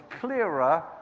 clearer